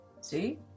See